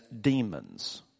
demons